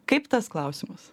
kaip tas klausimas